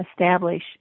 establish